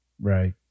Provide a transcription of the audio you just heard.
Right